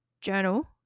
journal